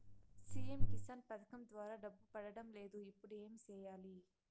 CM Kisan పథకం ద్వారా డబ్బు పడడం లేదు ఇప్పుడు ఏమి సేయాలి